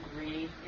agree